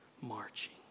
marching